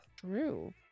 True